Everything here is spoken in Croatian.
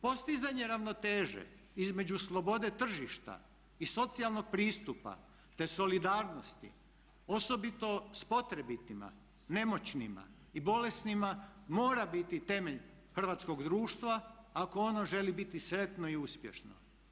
Postizanje ravnoteže između slobode tržišta i socijalnog pristupa, te solidarnosti osobito s potrebitima, nemoćnima i bolesnima mora biti temelj hrvatskog društva ako ono želi biti sretno i uspješno.